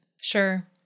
Sure